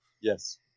Yes